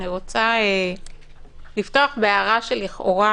אני רוצה לפתוח בהערה שלכאורה